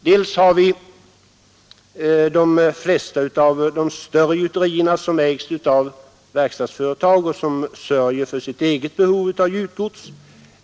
Dels har vi de flesta större gjuterierna, som ägs av verkstadsföretag och som sörjer för sitt eget behov av gjutgods.